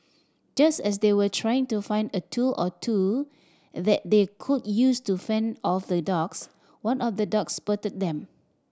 just as they were trying to find a tool or two that they could use to fend off the dogs one of the dogs spotted them